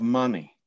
money